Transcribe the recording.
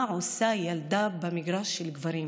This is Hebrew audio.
מה עושה ילדה במגרש של גברים.